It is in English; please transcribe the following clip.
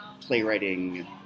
playwriting